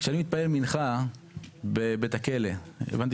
כשאני מתפלל מנחה בבית הכלא הבנתי